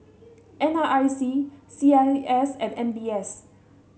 N R I C C I S and M B S